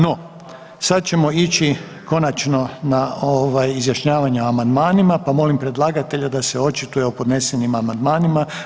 No, sad ćemo ići konačno na ovaj izjašnjavanje o amandmanima, pa molim predlagatelja da se očituje o podnesenim amandmanima.